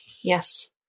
Yes